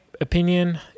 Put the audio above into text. opinion